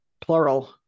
Plural